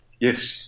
Yes